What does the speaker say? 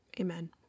Amen